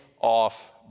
off